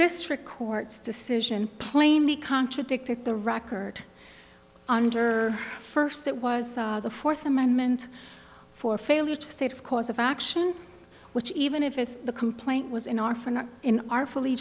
district court's decision plainly contradicted the record under first it was the fourth amendment for failure to state of cause of action which even if it is the complaint was in or for not in our fully